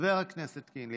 חבר הכנסת קינלי.